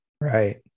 right